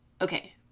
okay